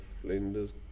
Flinders